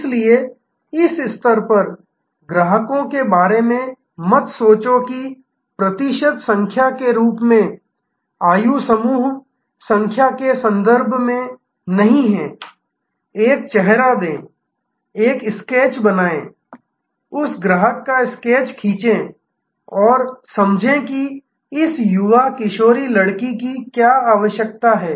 इसलिए इस स्तर पर ग्राहकों के बारे में मत सोचो कि प्रतिशत संख्या के रूप में आयु समूह संख्या के संदर्भ में नहीं है एक चेहरा दें एक स्केच बनाएं उस ग्राहक का एक स्केच खींचें समझें कि इस युवा किशोरी लड़की की क्या आवश्यकता है